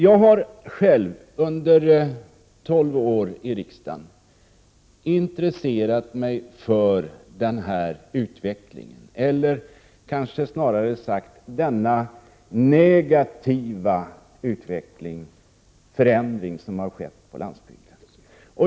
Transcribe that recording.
Jag har själv under 12 år i riksdagen intresserat mig för den här utvecklingen — eller, kanske snarare sagt, den negativa förändring som skett på landsbygden.